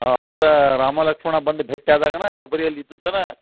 ಹಾಂ ಅಂದ್ರೆ ರಾಮ ಲಕ್ಷ್ಮಣ ಬಂದು ಭೇಟಿ ಆದಾಗೆಯೇ ಶಬರಿ ಅಲ್ಲಿ ಇದ್ದದ್ದನ್ನು